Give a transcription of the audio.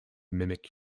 mimic